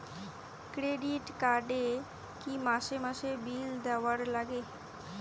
Credit card এ কি মাসে মাসে বিল দেওয়ার লাগে?